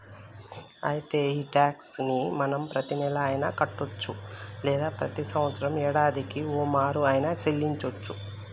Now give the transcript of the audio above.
అయితే ఈ టాక్స్ ని మనం ప్రతీనెల అయిన కట్టొచ్చు లేదా ప్రతి సంవత్సరం యాడాదికి ఓమారు ఆయిన సెల్లించోచ్చు